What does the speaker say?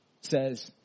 says